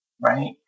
Right